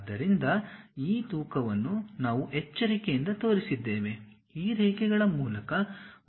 ಆದ್ದರಿಂದ ಈ ತೂಕವನ್ನು ನಾವು ಎಚ್ಚರಿಕೆಯಿಂದ ತೋರಿಸಿದ್ದೇವೆ ಈ ರೇಖೆಗಳ ಮೂಲಕ ಉತ್ತಮವಾದ ವಕ್ರರೇಖೆಯು ಹಾದುಹೋಗುತ್ತದೆ